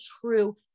true